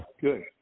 Good